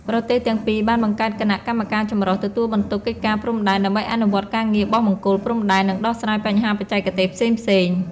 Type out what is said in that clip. ប្រទេសទាំងពីរបានបង្កើតគណៈកម្មការចម្រុះទទួលបន្ទុកកិច្ចការព្រំដែន ដើម្បីអនុវត្តការងារបោះបង្គោលព្រំដែន និងដោះស្រាយបញ្ហាបច្ចេកទេសផ្សេងៗ។